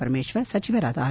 ಪರಮೇಶ್ವರ ಸಚಿವರಾದ ಆರ್